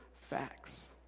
facts